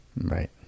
Right